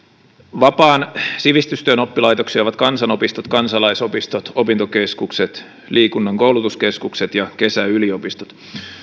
vapaan sivistystyön oppilaitoksia ovat kansanopistot kansalaisopistot opintokeskukset liikunnan koulutuskeskukset ja kesäyliopistot